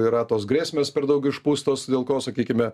yra tos grėsmės per daug išpūstos dėl ko sakykime